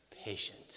patient